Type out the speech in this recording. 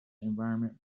environment